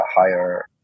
higher